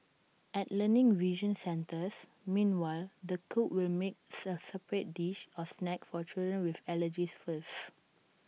at learning vision centres meanwhile the cook will make separate dish or snack for children with allergies first